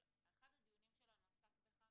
אבל אחד הדיונים שלנו עסק בכך